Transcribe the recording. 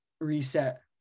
reset